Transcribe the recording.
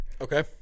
Okay